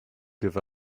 give